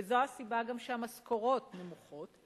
וזו הסיבה גם לכך שהמשכורות נמוכות,